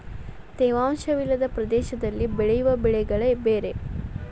ತೇವಾಂಶ ವಿಲ್ಲದ ಪ್ರದೇಶದಲ್ಲಿ ಬೆಳೆಯುವ ಬೆಳೆಗಳೆ ಬೇರೆ